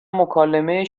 مکالمه